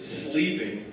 sleeping